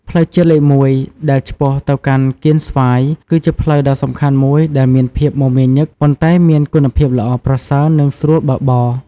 ផ្លូវជាតិលេខ ១ ដែលឆ្ពោះទៅកាន់កៀនស្វាយ គឺជាផ្លូវដ៏សំខាន់មួយដែលមានភាពមមាញឹកប៉ុន្តែមានគុណភាពល្អប្រសើរនិងស្រួលបើកបរ។